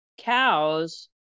cows